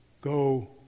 Go